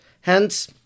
Hence